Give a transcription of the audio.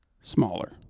Smaller